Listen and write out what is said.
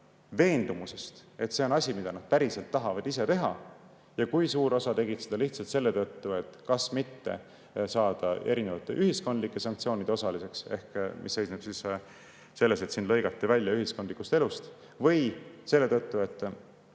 et see on asi, mida nad päriselt tahavad ise teha, ja kui suur osa tegid seda lihtsalt selle tõttu, et kas mitte saada erinevate ühiskondlike sanktsioonide osaliseks – mis seisnes selles, et sind lõigati välja ühiskondlikust elust – või kardeti